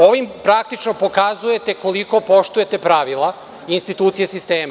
Ovim praktično pokazujete koliko poštujete pravila institucije sistema.